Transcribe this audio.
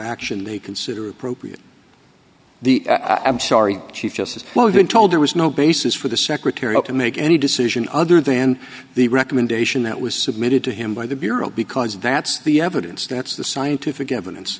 action they consider appropriate the i'm sorry chief justice well i've been told there was no basis for the secretary up to make any decision other than the recommendation that was submitted to him by the bureau because that's the evidence that's the scientific evidence